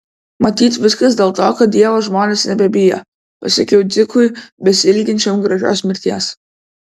matyt viskas dėl to kad dievo žmonės nebebijo pasakiau dzikui besiilginčiam gražios mirties